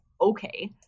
okay